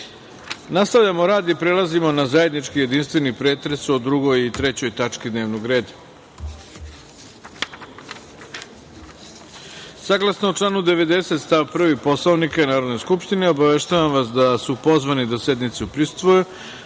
Marković. Nastavljamo rad i prelazimo na zajednički jedinstveni pretres o 2. i 3. tački dnevnog reda. Saglasno članu 90. stav 1. Poslovnika Narodne skupštine, obaveštavam vas da su pozvani da sednici prisustvuju